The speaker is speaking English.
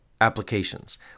applications